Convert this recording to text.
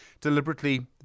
deliberately